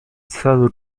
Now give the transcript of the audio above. celu